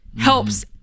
helps